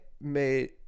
made